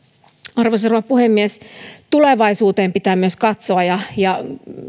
arvoisa rouva puhemies tulevaisuuteen pitää myös katsoa ja ja